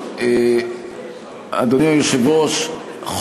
אדוני, האופוזיציה מוחה.